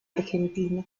argentina